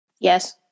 Yes